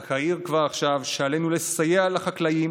רק אעיר כבר עכשיו שעלינו לסייע לחקלאים